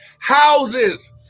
Houses